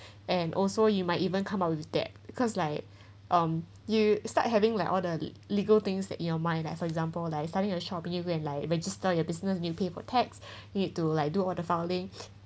and also you might even come up with that because like um you start having like order the legal things that your mind like for example like starting uh shopee you go and like register your business you need to pay for tax you need to like do all the filing